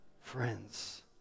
friends